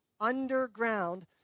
underground